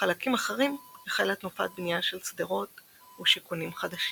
בחלקים אחרים החלה תנופת בנייה של שדרות ושיכונים חדשים.